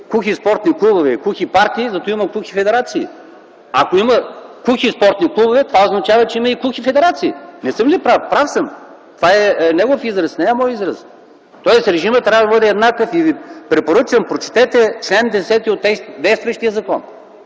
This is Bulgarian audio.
кухи спортни клубове, кухи партии, така има кухи федерации. Ако има кухи спортни клубове, това означава, че има и кухи федерации. Не съм ли прав? Прав съм! Това е негов израз, не мой. Тоест режимът трябва да бъде еднакъв. Препоръчвам – прочетете чл. 10 от действащия закон.